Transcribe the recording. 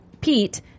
Pete